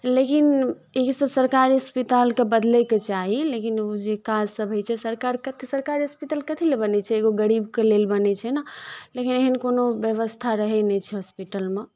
लेकिन ईसभ सरकारी अस्पतालके बदलैके चाही लेकिन ओ जे काजसभ होइ छै सरकारके तऽ सरकारी अस्पताल कथी लेल बनै छै एगो गरीबके लेल बनै छै ने लेकिन एहन कोनो व्यवस्था रहै नहि छै हॉस्पिटलमे